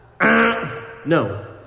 No